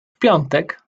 piątek